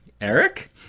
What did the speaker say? Eric